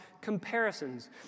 comparisons